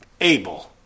Abel